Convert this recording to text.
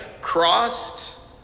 crossed